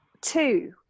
two